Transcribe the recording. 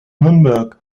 nürnberg